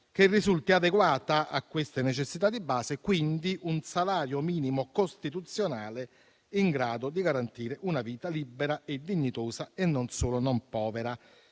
che risulti adeguata a queste necessità di base, quindi un salario minimo costituzionale in grado di garantire una vita libera e dignitosa, e non solo non povera.